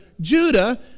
Judah